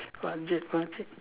budget budget